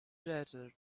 desert